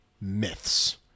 myths